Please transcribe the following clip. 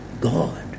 God